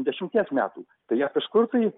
dešimties metų tai jie kažkur tai